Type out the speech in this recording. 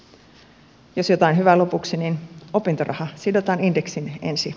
jos jotain hyvää lopuksi niin opintoraha sidotaan indeksiin ensi